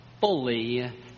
fully